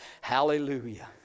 Hallelujah